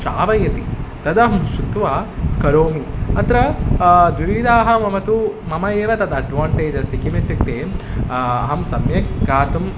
श्रावयति तदाहं श्रुत्वा करोमि अत्र द्विविधाः मम तु मम एव तद् अड्वाण्टेज् अस्ति किमित्युक्ते अहं सम्यक् गातुम्